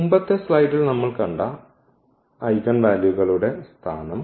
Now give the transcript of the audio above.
മുമ്പത്തെ സ്ലൈഡിൽ നമ്മൾ കണ്ട ഐഗൻ വാല്യൂകളുടെ സ്ഥാനം